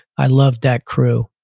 i loved that crew,